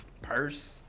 purse